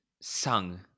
sung